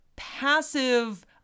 passive